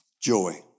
Joy